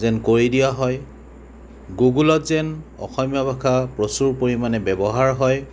যেন কৰি দিয়া হয় গুগলত যেন অসমীয়া ভাষা প্ৰচুৰ পৰিমাণে ব্যৱহাৰ হয়